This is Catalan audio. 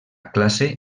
classe